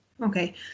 okay